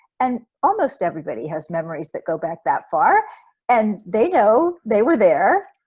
and almost everybody has memories that go back that far and they know they were there,